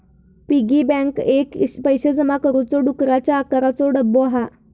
piggy bank एक पैशे जमा करुचो डुकराच्या आकाराचो डब्बो हा